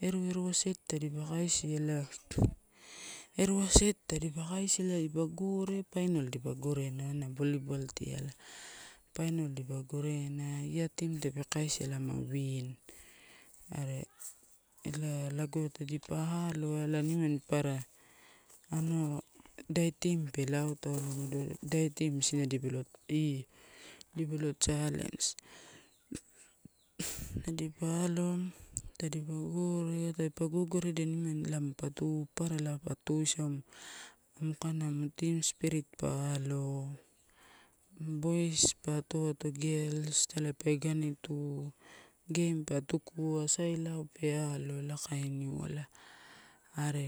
Eru-erua set tadipa kaisia ela, erue set tadipa kaisi a ela dipa gore, final elipa gorena ena volleyball tialai, final dipa gorena iah team tape kaisia ela ma win. Are ela, lago tadipa aloa ela nimani papara, anua, idai team pe lautauloma idai team isina dipalo io dipalo challenge. tadipa aloa, tadipa gore, tadipa gogoredia nimani ela manpa tu, papara ela pa tuisamu, kaina amuna team spirit pa alo, boys dipa ato ato girls itai pa iganitu game pa tukua sai lao pe alo, ela kainiua. Are